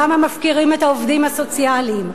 למה מפקירים את העובדים הסוציאליים?